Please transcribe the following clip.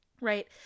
Right